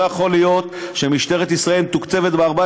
לא יכול להיות שמשטרת ישראל מתוקצבת ב-14